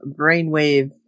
brainwave